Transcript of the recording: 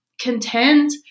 content